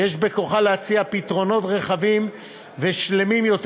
ויש בכוחה להציע פתרונות רחבים ושלמים יותר